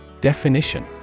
Definition